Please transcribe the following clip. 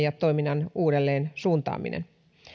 ja toiminnan uudelleen suuntaaminen